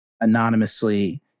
anonymously